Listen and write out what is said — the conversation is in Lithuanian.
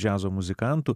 džiazo muzikantu